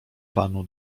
panu